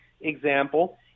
example